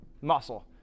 muscle